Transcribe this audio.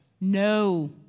No